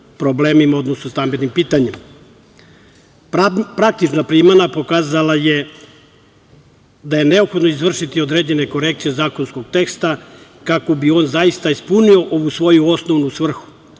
problemima, odnosno stambenim pitanjima. Praktična primena pokazala je da je neophodno izvršiti određene korekcije zakonskog teksta, kako bi on zaista ispunio ovu svoju osnovnu svrhu,